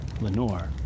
Lenore